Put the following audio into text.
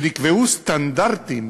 ונקבעו סטנדרטים